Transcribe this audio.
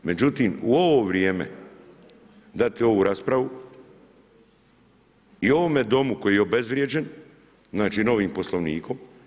Međutim, u ovo vrijeme dati ovo u raspravu i u ovome domu koji je obezvrijeđen znači, novim Poslovnikom.